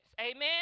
Amen